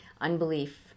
unbelief